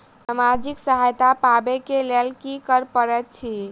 सामाजिक सहायता पाबै केँ लेल की करऽ पड़तै छी?